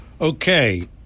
Okay